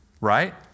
Right